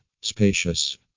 Spacious